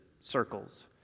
circles